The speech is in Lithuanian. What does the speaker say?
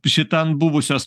šita ant buvusios